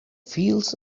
fields